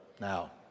now